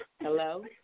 Hello